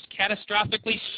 catastrophically